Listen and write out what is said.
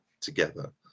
together